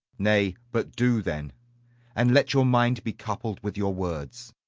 nay, but do, then and let your mind be coupled with your words.